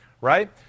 right